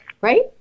right